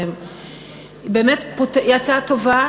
באמת היא הצעה טובה,